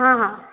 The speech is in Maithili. हॅं हॅं